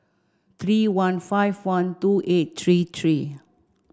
three one five one two eight three three